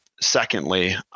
secondly